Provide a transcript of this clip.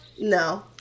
No